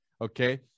okay